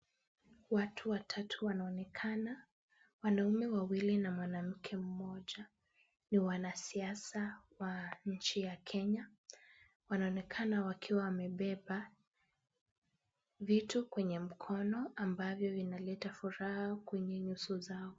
Watu watatu wanaonekana, wanaume wawili na mwanamke mmoja, ni wanasiasa wa nchi ya Kenya. Wanaonekana wakiwa wamebeba vitu kwenye mkono, ambavyo vinaleta furaha kwenye nyuso zao.